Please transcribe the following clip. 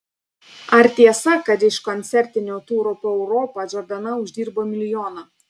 ar tiesa kad iš koncertinio turo po europą džordana uždirbo milijoną